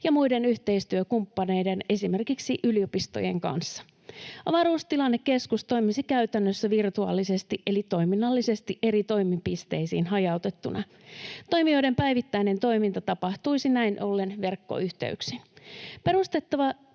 ja muiden yhteistyökumppaneiden, esimerkiksi yliopistojen, kanssa. Avaruustilannekeskus toimisi käytännössä virtuaalisesti eli toiminnallisesti eri toimipisteisiin hajautettuna. Toimijoiden päivittäinen toiminta tapahtuisi näin ollen verkkoyhteyksin.